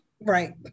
Right